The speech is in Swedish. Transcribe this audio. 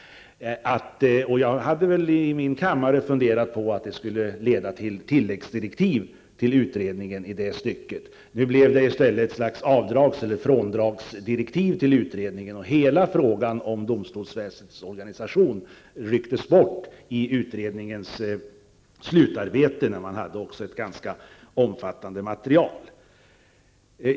Jag hade i min kammare funderingar på att detta skulle leda till tilläggsdirektiv till utredningen i detta stycke. Nu blev det i stället ett slags avdrags eller fråndragsdirektiv till utredningen, och hela frågan om domstolsverkets organisation rycktes bort ur det ganska omfattande materialet i utredningens slutarbete.